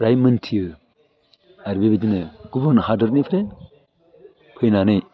जाय मिनथियो आरो बेबायदिनो गुबुन हादोरनिफ्राय फैनानै